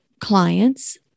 clients